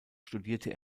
studierte